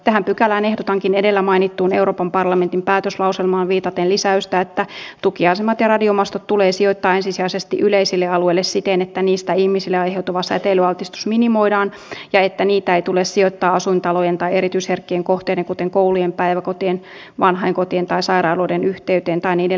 tähän pykälään ehdotankin edellä mainittuun euroopan parlamentin päätöslauselmaan viitaten lisäystä että tukiasemat ja radiomastot tulee sijoittaa ensisijaisesti yleisille alueille siten että niistä ihmisille aiheutuva säteilyaltistus minimoidaan ja että niitä ei tule sijoittaa asuintalojen tai erityisherkkien kohteiden kuten koulujen päiväkotien vanhainkotien tai sairaaloiden yhteyteen tai niiden läheisyyteen